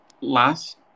last